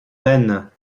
veines